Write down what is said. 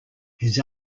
his